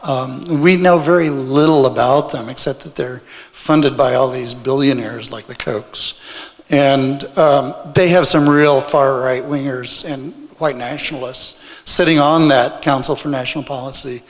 and we know very little about them except that they're funded by all these billionaires like the coax and they have some real far right wingers and white nationalists sitting on that council for national policy